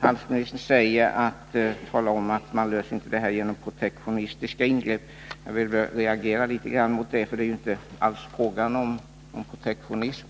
Handelsministern säger i sitt svar att man inte löser problemen genom protektionistiska ingrepp. Jag reagerar litet mot detta, för det är inte fråga om någon protektionism.